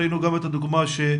ראינו גם את הדוגמה שנתת.